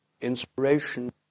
inspiration